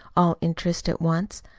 all interest at once.